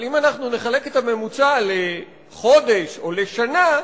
אבל אם אנחנו נחלק את הממוצע לחודש או לשנה,